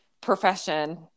profession